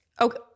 Okay